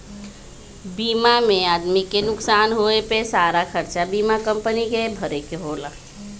बीमा में आदमी के नुकसान होए पे सारा खरचा बीमा कम्पनी के भरे के होला